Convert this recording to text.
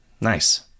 nice